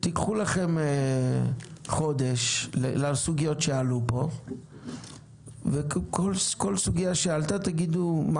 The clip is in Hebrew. קחו לכם חודש לסוגיות שעלו פה וכל סוגיה שעלתה תגידו מה